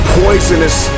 poisonous